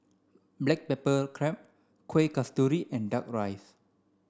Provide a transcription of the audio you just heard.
black pepper crab Kuih Kasturi and duck rice